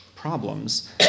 problems